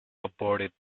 aborted